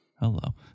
Hello